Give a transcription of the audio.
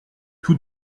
tous